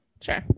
sure